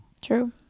True